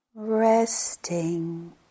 Resting